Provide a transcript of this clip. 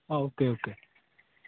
okay okay